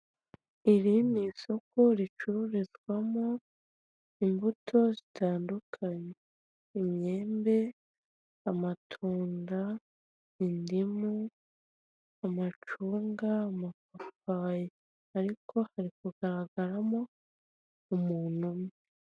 Iri ni isoko ricururizwamo imbuto zitandukanye; imyembe, amatunda, indimu, amacunga, amapapayi ariko hari kugaragaramo umuntu umwe.